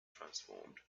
transformed